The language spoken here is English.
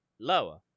Lower